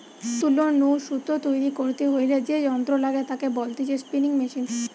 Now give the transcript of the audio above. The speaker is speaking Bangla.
তুলো নু সুতো তৈরী করতে হইলে যে যন্ত্র লাগে তাকে বলতিছে স্পিনিং মেশিন